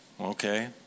Okay